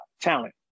talent